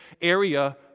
area